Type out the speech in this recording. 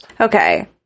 Okay